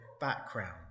background